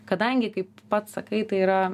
kadangi kaip pats sakai tai yra